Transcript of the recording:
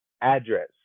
address